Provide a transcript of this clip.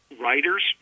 Writers